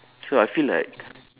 so I feel like